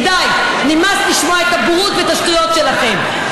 כי די, נמאס לשמוע את הבורות ואת השטויות שלכם.